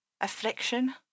affliction